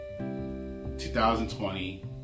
2020